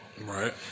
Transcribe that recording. right